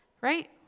right